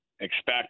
expect